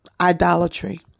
idolatry